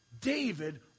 David